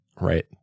Right